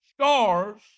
Scars